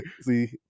see